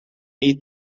eat